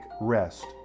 rest